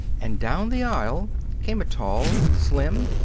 and down the aisle came a tall, slim,